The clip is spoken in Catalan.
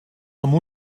amb